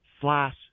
slash